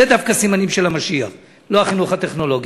זה דווקא סימנים של המשיח, לא החינוך הטכנולוגי.